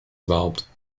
überhaupt